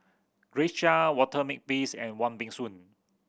Grace Chia Walter Makepeace and Wong Peng Soon